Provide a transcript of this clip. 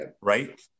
right